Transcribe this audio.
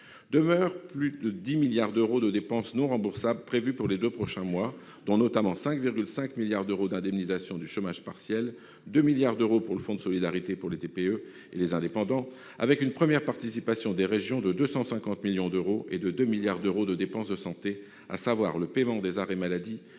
Demeurent plus de 10 milliards d'euros de dépenses non remboursables, prévues pour les deux prochains mois, dont, notamment, 5,5 milliards d'euros d'indemnisation du chômage partiel, 2 milliards d'euros pour le fonds de solidarité pour les TPE et les indépendants, avec une première participation des régions de 250 millions d'euros, et 2 milliards d'euros de dépenses de santé, soit le paiement des arrêts maladie,